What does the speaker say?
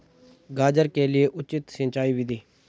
गाजर के लिए उचित सिंचाई विधि?